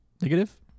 negative